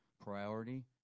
priority